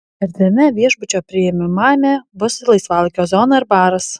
erdviame viešbučio priimamajame bus laisvalaikio zona ir baras